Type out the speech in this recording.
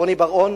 רוני בר-און,